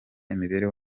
imibereho